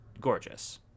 gorgeous